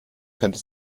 könnte